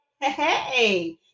Hey